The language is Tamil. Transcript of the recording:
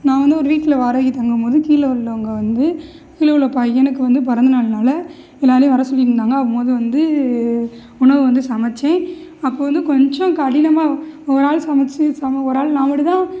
நான் வந்து ஒரு வீட்டில் வாடகைக்கு தங்கும்போது கீழே உள்ளவங்க வந்து கீழே உள்ள பையனுக்கு வந்து பிறந்த நாளுனால் எல்லாரையும் வர சொல்லியிருந்தாங்க அப்பம்போது வந்து உணவு வந்து சமைச்சேன் அப்போ வந்து கொஞ்சம் கடினமாக ஒரு ஆள் சமைச்சி சமை ஒரு ஆள் நான் மட்டுந்தான்